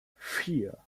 vier